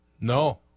No